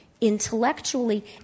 intellectually